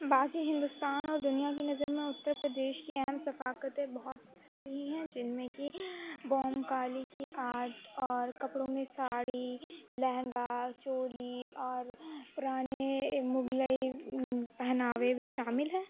باقی ہندوستان اور دُنیا کی نظر میں اُترپردیش کی اہم ثقافتیں بہت سی ہی ہیں جن میں کہ بوم کالی کی آرٹ اور کپڑوں میں ساڑی لہنگا چولی اور پُرانے مغلئی پہناوے بھی شامل ہیں